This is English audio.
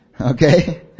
Okay